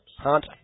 Hunt